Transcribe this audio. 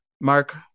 Mark